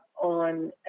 on